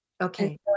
Okay